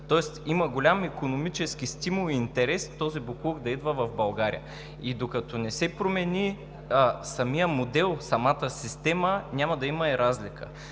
Тоест има голям икономически стимул и интерес този боклук да идва в България. И докато не се промени самият модел, самата система, няма да има и разлика.